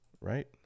right